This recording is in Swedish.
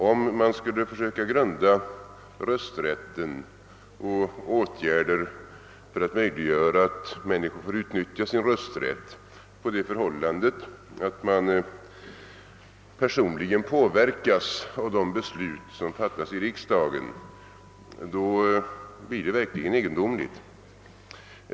Om man skulle försöka grunda rösträtten och åtgärder för att möjliggöra för människor att utnyttja sin rösträtt på det förhållandet, att de personligen påverkas av de beslut som fattas i riksdagen, så framstår förhållandena verkligen som egendomliga.